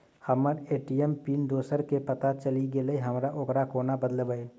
हम्मर ATM PIN दोसर केँ पत्ता चलि गेलै, हम ओकरा कोना बदलबै?